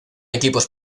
equipos